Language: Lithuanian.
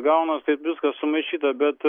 gaunas taip viskas sumaišyta bet